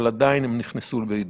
אבל עדיין הם נכנסו לבידוד.